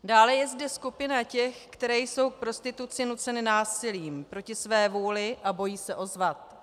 Dále je zde skupina těch, které jsou k prostituci nuceny násilím, proti své vůli a bojí se ozvat.